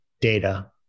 data